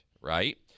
right